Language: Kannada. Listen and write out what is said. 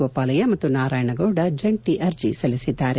ಗೋಪಾಲಯ್ಯ ಮತ್ತು ನಾರಾಯಣಗೌಡ ಜಂಟಿ ಅರ್ಜೆ ಸಲ್ಲಿಸಿದ್ದಾರೆ